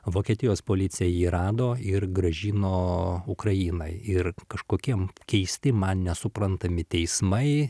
vokietijos policija jį rado ir grąžino ukrainai ir kažkoki keisti man nesuprantami teismai